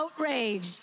outraged